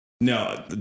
No